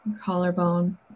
Collarbone